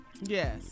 Yes